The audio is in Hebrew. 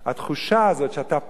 התחושה הזאת שאתה פה,